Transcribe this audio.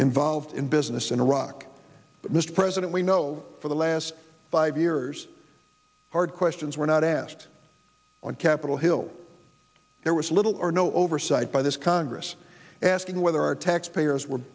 involved in business in iraq but mr praed and we know for the last five years hard questions were not asked on capitol hill there was little or no oversight by this congress asking whether our taxpayers were